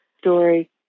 story